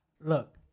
look